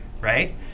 right